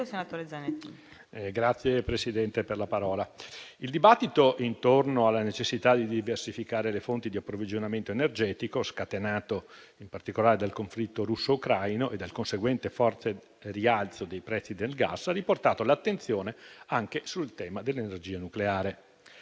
signor Ministro, colleghi, il dibattito intorno alla necessità di diversificare le fonti di approvvigionamento energetico, scatenato in particolare dal conflitto russo-ucraino e dal conseguente forte rialzo dei prezzi del gas, ha riportato l'attenzione anche sul tema dell'energia nucleare,